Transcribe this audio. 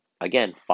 Again